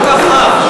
למה כל כך רע?